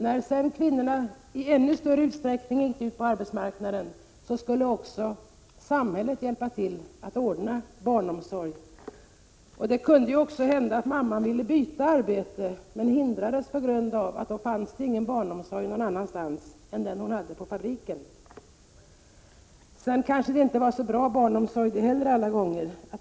När sedan kvinnorna gick ut på arbetsmarknaden i ännu större utsträckning än tidigare, skulle också samhället hjälpa till att ordna barnomsorg. Det kunde också hända att en mamma ville byta arbete men hindrades av att det inte fanns någon annan barnomsorg än den hon hade tillgång till på fabriken. Det var kanske inte heller så bra barnomsorg alla gånger.